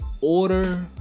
order